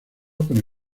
con